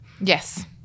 Yes